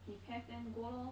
if have then go lor